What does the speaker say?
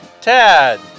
Tad